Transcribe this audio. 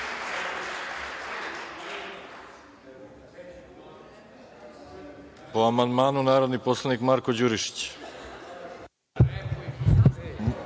Po amandmanu, narodni poslanik Marko Đurišić.